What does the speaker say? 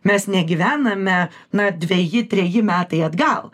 mes negyvename na dveji treji metai atgal